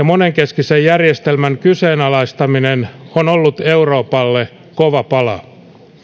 monenkeskisen järjestelmän kyseenalaistaminen ovat olleet euroopalle kova pala